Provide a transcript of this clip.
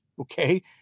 Okay